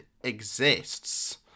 exists